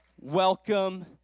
Welcome